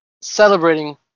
celebrating